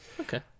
okay